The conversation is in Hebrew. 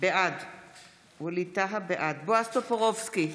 בעד בועז טופורובסקי,